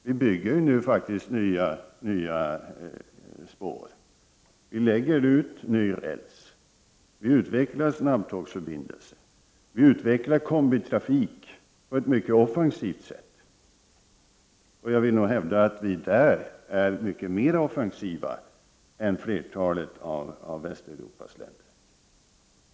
Vi bygger nya spår, vi lägger ut ny räls, vi utvecklar snabbtågsförbindelser och vi utvecklar kombitrafiken på ett mycket offensivt sätt. Jag vill hävda att Sverige är mycket mera offensivt än flertalet av Västeuropas länder.